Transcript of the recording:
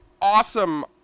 awesome